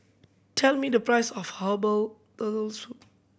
tell me the price of herbal Turtle Soup